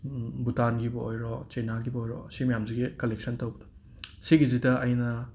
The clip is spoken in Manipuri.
ꯚꯨꯇꯥꯟꯒꯤꯕꯨ ꯑꯣꯏꯔꯣ ꯆꯩꯅꯥꯒꯤꯕꯨ ꯑꯣꯏꯔꯣ ꯑꯁꯤ ꯃꯌꯥꯝꯁꯤꯒꯤ ꯀꯂꯦꯛꯁꯟ ꯇꯧ ꯁꯤꯒꯤꯁꯤꯗ ꯑꯩꯅ